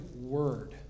word